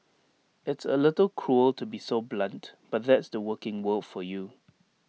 it's A little cruel to be so blunt but that's the working world for you